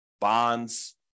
bonds